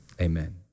Amen